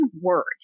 word